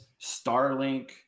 Starlink